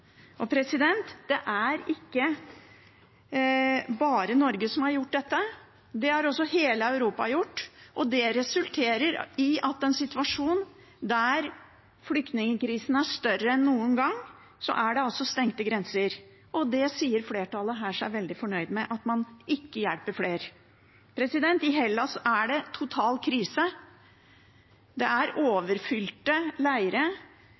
Det er ikke bare Norge som har gjort dette. Det har også hele Europa gjort, og det resulterer i at det i en situasjon der flyktningkrisen er større enn noen gang, er stengte grenser. Det sier flertallet her seg veldig fornøyd med – at man ikke hjelper flere. I Hellas er det total krise. Det er